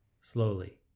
slowly